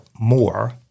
more